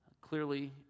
clearly